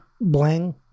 Bling